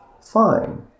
Fine